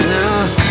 now